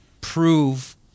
prove